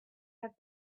have